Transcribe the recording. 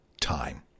time